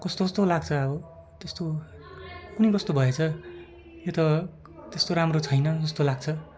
कस्तो कस्तो लाग्छ अब त्यस्तो कुन्नि कस्तो भएछ यो त त्यस्तो राम्रो छैन जस्तो लाग्छ